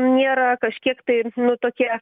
nėra kažkiek tai nu tokie